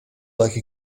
like